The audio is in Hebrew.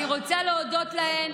אני רוצה להודות להן,